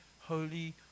holy